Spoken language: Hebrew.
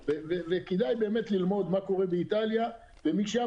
כדאי באמת ללמוד מה קורה באיטליה ומשם